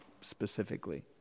specifically